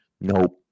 Nope